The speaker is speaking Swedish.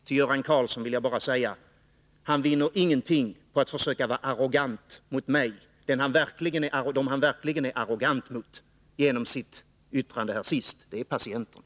Till Göran Karlsson vill jag bara säga: Han vinner ingenting på att försöka vara arrogant mot mig. Dem han verkligen är arrogant mot genom sitt senaste yttrande är patienterna.